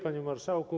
Panie Marszałku!